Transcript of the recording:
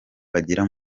bagera